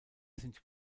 sind